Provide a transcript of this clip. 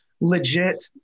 legit